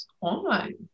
online